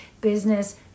business